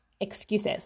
excuses